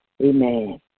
Amen